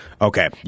Okay